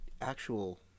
actual